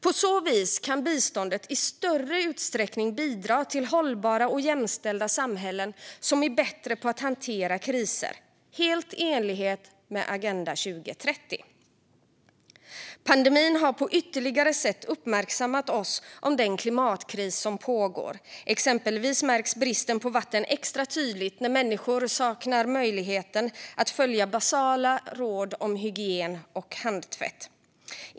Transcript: På så vis kan biståndet i större utsträckning bidra till hållbara och jämställda samhällen som är bättre på att hantera kriser, helt i enlighet med Agenda 2030. Pandemin har på ytterligare sätt uppmärksammat oss på den klimatkris som pågår. Exempelvis märks bristen på vatten extra tydligt när människor saknar möjligheten att följa basala råd om hygien och handtvätt.